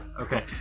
Okay